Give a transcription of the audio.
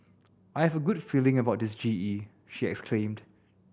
I have a good feeling about this G E she exclaimed